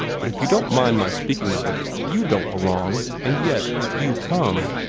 but, if you don't mind my speaking of it, you don't belong, and yet you come.